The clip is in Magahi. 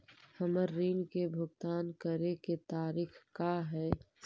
हमर ऋण के भुगतान करे के तारीख का हई?